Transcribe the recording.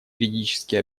юридически